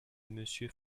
monsieur